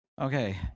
Okay